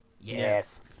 Yes